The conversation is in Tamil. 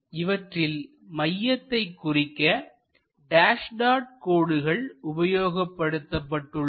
இவற்றின் மையத்தை குறிக்க டேஸ் டாட் கோடுகள் உபயோகப்படுத்தப்பட்டுள்ளது